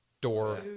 Door